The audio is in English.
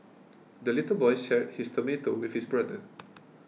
the little boy shared his tomato with his brother